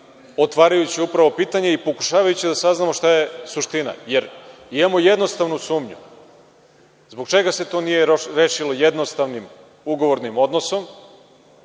otvarajući upravo pitanje i pokušavajući da saznamo šta je suština. Jer, imamo jednostavnu sumnju, zbog čega se to nije rešilo jednostavnim, ugovornim odnosom,